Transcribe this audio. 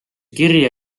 kirja